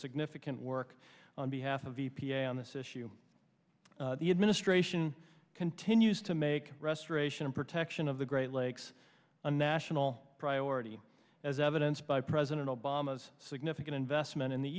significant work on behalf of e p a on this issue the administration continues to make restoration of protection of the great lakes a national priority as evidence by president obama's significant investment in the